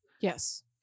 Yes